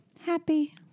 Happy